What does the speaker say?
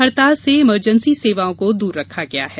हड़ताल से इमरजेंसी सेवाओं को दूर रखा गया है